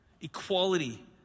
equality